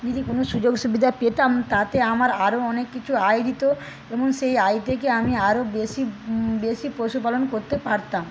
যদি কোন সুযোগ সুবিধা পেতাম তাতে আমার আরো অনেক কিছু আয় দিত এবং সেই আয় থেকে আমি আরো বেশি বেশি পশুপালন করতে পারতাম